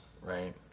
right